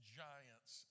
giants